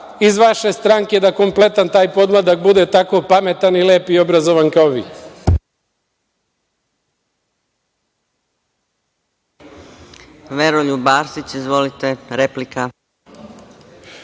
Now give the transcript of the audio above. iz vaše stranke, da kompletan taj podmladak bude tako pametan, lep i obrazovan kao vi.